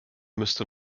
müsste